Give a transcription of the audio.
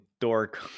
dork